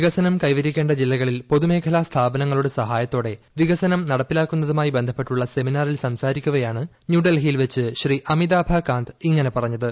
വികസനം ഏക്ക്വരിക്കേ ജില്ലകളിൽ പൊതുമേഖല സ്ഥാപനങ്ങളുടെ സ്ഫായത്തോടെ വിക്സനം നടപ്പിലാക്കുന്നതുമായി ബ്ലഡ്പ്പെട്ടുള്ള സെമിനാറിൽ സംസാരിക്കവെയാണ് ന്യൂഡൽഹിയിൽ ്വച്ച് ശ്രീ അമിതാഭ് കാന്ത് ഇങ്ങനെ പറഞ്ഞത്